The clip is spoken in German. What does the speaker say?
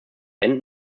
damit